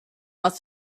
must